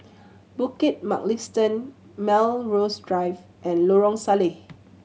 Bukit Mugliston Melrose Drive and Lorong Salleh